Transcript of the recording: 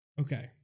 Okay